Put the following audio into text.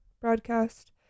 broadcast